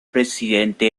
presidente